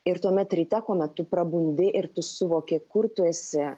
ir tuomet ryte kuomet tu prabundi ir suvoki kur tu esi